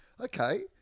Okay